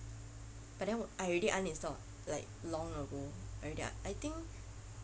but then I already uninstalled like long ago already I think